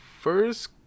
first